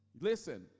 Listen